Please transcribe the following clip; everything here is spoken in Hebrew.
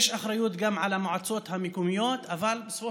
יש אחריות גם על המועצות המקומיות.